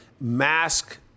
mask